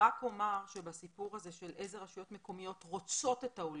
אומר שבסיפור הזה של איזה רשויות מקומיות רוצות את העולים,